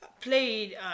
played